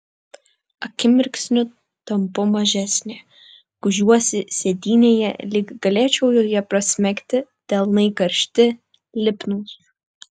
akimirksniu tampu mažesnė gūžiuosi sėdynėje lyg galėčiau joje prasmegti delnai karšti lipnūs